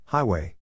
Highway